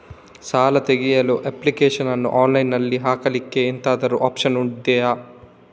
ಸಾಲ ತೆಗಿಯಲು ಅಪ್ಲಿಕೇಶನ್ ಅನ್ನು ಆನ್ಲೈನ್ ಅಲ್ಲಿ ಹಾಕ್ಲಿಕ್ಕೆ ಎಂತಾದ್ರೂ ಒಪ್ಶನ್ ಇದ್ಯಾ?